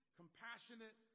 compassionate